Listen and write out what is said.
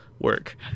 work